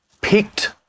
picked